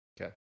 Okay